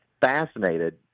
fascinated